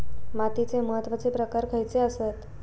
मातीचे महत्वाचे प्रकार खयचे आसत?